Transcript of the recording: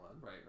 right